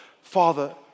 Father